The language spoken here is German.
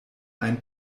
ein